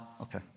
Okay